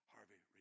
Harvey